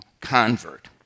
convert